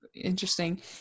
Interesting